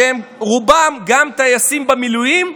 שהם רובם גם טייסים במילואים,